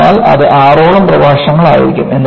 അതിനാൽ അത് ആറോളം പ്രഭാഷണങ്ങൾ ആയിരിക്കും